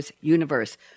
universe